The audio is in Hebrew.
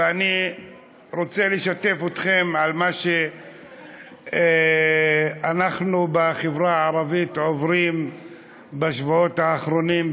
ואני רוצה לשתף אתכם במה שאנחנו בחברה הערבית עוברים בשבועות האחרונים,